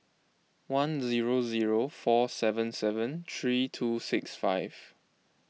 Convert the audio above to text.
one zero zero four seven seven three two six five